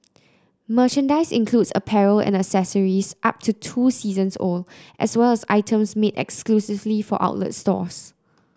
merchandise includes apparel and accessories up to two seasons old as well as items made exclusively for outlet stores